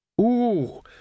Ooh